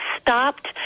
Stopped